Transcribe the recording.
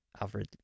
alfred